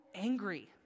angry